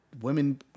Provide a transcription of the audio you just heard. women